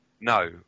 No